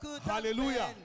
Hallelujah